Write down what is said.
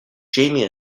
jamie